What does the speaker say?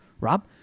Rob